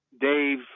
Dave